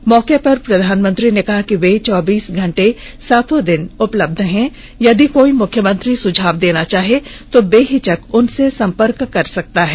इस मौके पर प्रधानमंत्री ने कहा कि वे चौबीस घंटा सातों दिन उपलब्ध है यदि कोई मुख्यमंत्री सुझाव देना चाहे तो बेहिचक उनसे संपर्क कर सकते है